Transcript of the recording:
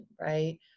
right